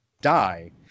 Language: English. die